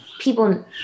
people